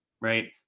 right